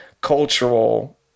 cultural